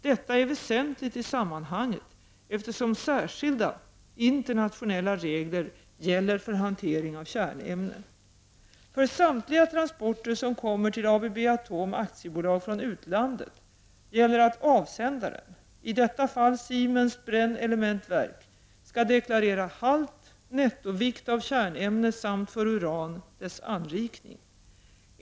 Detta är väsentligt i sammanhanget eftersom särskilda internationella regler gäller för hantering av kärnämne. För samtliga transporter som kommer till ABB Atom AB från utlandet gäller att avsändaren, i detta fall Siemens Brennelementwerk, skall deklarera halt, nettovikt av kärnämne samt, för uran, dess anriktning.